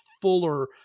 fuller